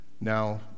Now